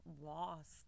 lost